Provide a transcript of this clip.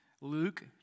Luke